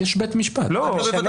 לא.